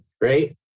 right